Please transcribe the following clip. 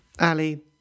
Ali